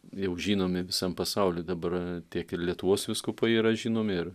jau žinomi visam pasauly dabar tiek ir lietuvos vyskupai yra žinomi ir